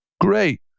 great